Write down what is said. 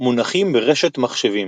מונחים ברשת מחשבים